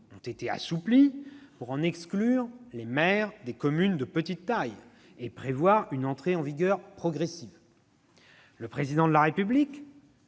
ont été assouplies pour en exclure les maires de communes de petite taille et prévoir une entrée en vigueur progressive. Le Président de la République